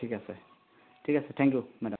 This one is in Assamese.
ঠিক আছে ঠিক আছে থেংক ইউ মেডাম